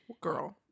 Girl